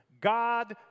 God